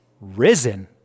risen